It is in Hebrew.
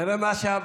תראה,